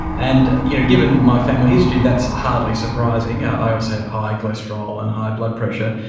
and you know given my family history, that's hardly surprising. i also have high cholesterol and high blood pressure.